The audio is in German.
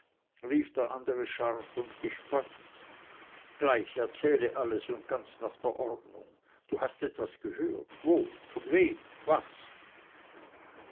rief der andere scharf und gespannt gleich erzähle alles und ganz nach der ordnung du hast etwas gehört wo von wem was